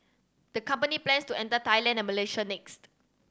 the company plans to enter Thailand and Malaysia next